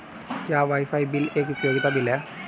क्या wifi bill एक उपयोगिता बिल है?